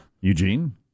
Eugene